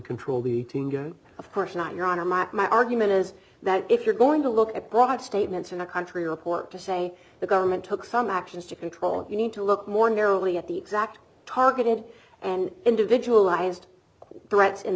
control the of course not you're on a map my argument is that if you're going to look at broad statements in a country report to say the government took some actions to control it you need to look more narrowly at the exact targeted and individualized threats in